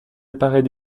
apparait